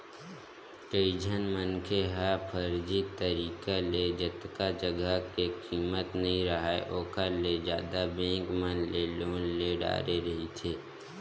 कइझन मनखे ह फरजी तरिका ले जतका जघा के कीमत नइ राहय ओखर ले जादा बेंक मन ले लोन ले डारे रहिथे